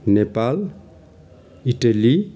Nepal Italy